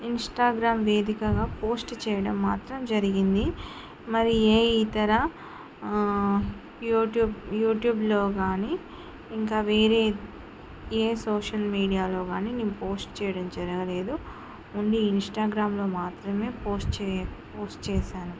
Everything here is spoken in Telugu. ఇంస్టాగ్రామ్ వేదికగా పోస్ట్ చేయడం మాత్రం జరిగింది మరి ఏ ఇతర యూట్యూబ్ యూట్యూబ్లో గానీ ఇంకా వేరే ఏ సోషల్ మీడియాలో గానీ నేను పోస్ట్ చేయడం జరగలేదు ఓన్లీ ఇంస్టాగ్రామ్లో మాత్రమే పోస్ట్ చే పోస్ట్ చేశాను